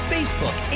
Facebook